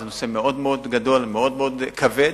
זה נושא מאוד מאוד גדול, מאוד מאוד כבד,